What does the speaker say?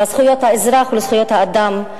לזכויות האזרח ולזכויות האדם.